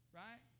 right